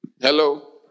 Hello